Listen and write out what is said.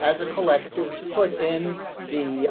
as a collective put in the